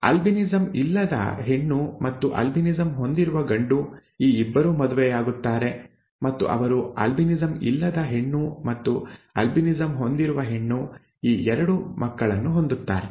albinism ಇಲ್ಲದ ಹೆಣ್ಣು ಮತ್ತು ಆಲ್ಬಿನಿಸಂ ಹೊಂದಿರುವ ಗಂಡು ಈ ಇಬ್ಬರೂ ಮದುವೆಯಾಗುತ್ತಾರೆ ಮತ್ತು ಅವರು ಆಲ್ಬಿನಿಸಂ ಇಲ್ಲದ ಹೆಣ್ಣು ಮತ್ತು ಆಲ್ಬಿನಿಸಂ ಹೊಂದಿರುವ ಹೆಣ್ಣು ಈ ಎರಡು ಮಕ್ಕಳನ್ನು ಹೊಂದುತ್ತಾರೆ